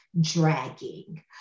dragging